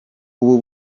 ubu